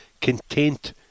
content